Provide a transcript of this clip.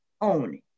own